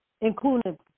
Including